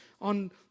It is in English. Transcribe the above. on